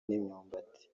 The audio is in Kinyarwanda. n’imyumbati